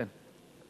כן.